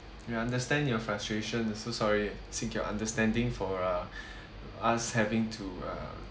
ya understand your frustration so sorry seek your understanding for uh us having to uh